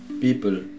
People